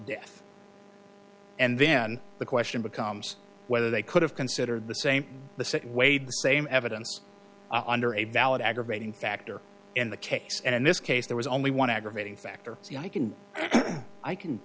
death and then the question becomes whether they could have considered the same the same way the same evidence under a valid aggravating factor in the case and in this case there was only one aggravating factor so yeah i can